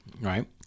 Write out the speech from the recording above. Right